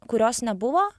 kurios nebuvo